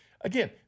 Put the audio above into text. Again